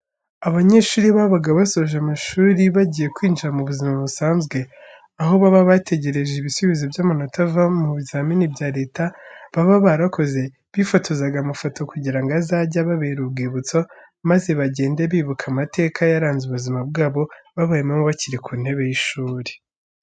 Abanyeshuri iyo babaga basoje amashuri bagiye kwinjira mu buzima busanzwe, aho baba bategereje ibisubizo by'amanota azava mu bizamini bya Leta baba barakoze, bifotozaga amafoto kugira ngo azajye ababera urwibutso maze bagende bibuka amateka yaranze ubuzima bwabo babayemo bakiri ku ntebe y'ishuri.